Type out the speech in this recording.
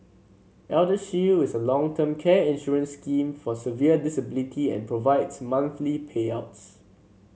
eldershield is a long term care insurance scheme for severe disability and provides monthly payouts